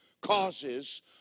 causes